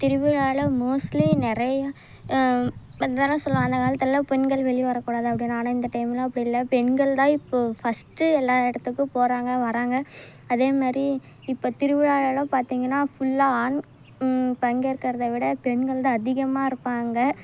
திருவிழாவில் மோஸ்ட்லி நிறையா சொல்லலாம் அந்த காலத்தில் பெண்கள் வெளியே வரக்கூடாது அப்படின்னு ஆனால் இந்த டைம்லாம் அப்படி இல்லை பெண்கள்தான் இப்போது ஃபர்ஸ்ட்டு எல்லா இடத்துக்கும் போகிறாங்க வராங்க அதேமாதிரி இப்போது திருவிழாலெல்லாம் பார்த்திங்கன்னா ஃபுல்லாக ஆண் பங்கேற்கிறதை விட பெண்கள்தான் அதிகமாக இருப்பாங்க